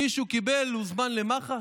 מישהו הוזמן למח"ש?